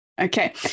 Okay